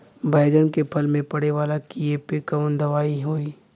बैगन के फल में पड़े वाला कियेपे कवन दवाई होई?